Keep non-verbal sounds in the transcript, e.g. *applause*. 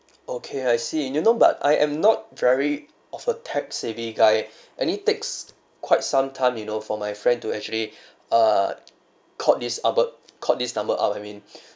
okay I see you know but I am not very of a tech savvy guy *breath* and it takes quite some time you know for my friend to actually *breath* err called this called this number up I mean